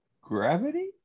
gravity